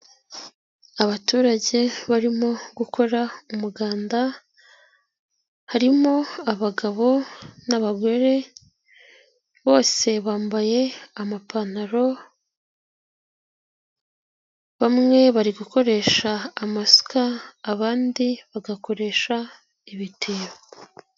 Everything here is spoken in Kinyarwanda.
Abaturage barimo gukora umuganda, harimo abagabo n'abagore bose bambaye amapantaro, bamwe bari gukoresha amasuka abandi bagakoresha ibitebo.